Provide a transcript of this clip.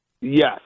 Yes